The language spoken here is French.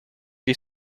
les